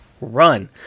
run